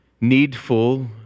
needful